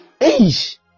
Age